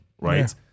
right